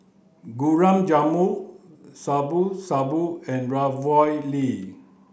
Gulab Jamun Shabu Shabu and Ravioli